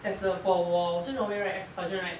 as uh for 我 I say normally right as a sergeant right